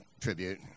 tribute